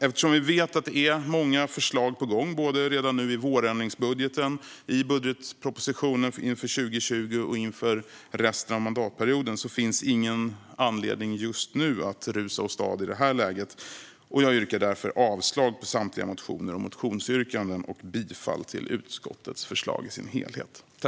Eftersom vi vet att det är många förslag på gång, både redan nu i vårändringsbudgeten och i budgetpropositionen inför 2020 och inför resten av mandatperioden, finns det ingen anledning att rusa åstad i det här läget. Jag yrkar därför avslag på samtliga motioner och motionsyrkanden och bifall till utskottets förslag i dess helhet.